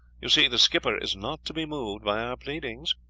you see the skipper is not to be moved by our pleadings.